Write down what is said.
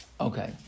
Okay